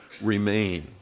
remain